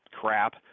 crap –